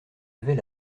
avait